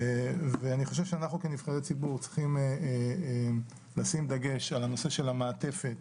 ואני חושב שאנחנו כנבחרי ציבור צריכים לשים דגש על הנושא של המעטפת